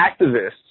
activists